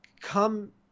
come